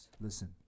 Listen